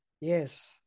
Yes